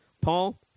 Paul